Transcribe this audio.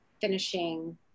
finishing